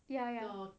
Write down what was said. ya ya